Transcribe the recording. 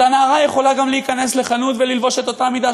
אותה נערה יכולה גם להיכנס לחנות וללבוש את אותה מידה,